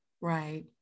Right